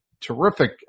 terrific